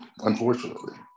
unfortunately